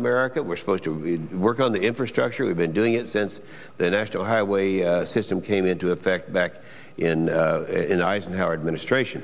america we're supposed to work on the infrastructure we've been doing it since the national highway system came into effect back in in eisenhower administration